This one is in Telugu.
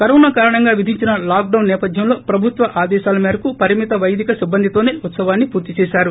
కరోనా కారణంగా విధించిన లాక్ డౌన్ సేపధ్యంలో ప్రభుత్వ ఆదేశాల మేరకు పరిమిత వైదిక సిబ్బందితోసే ఉత్సవాన్ని పూర్తి చేశారు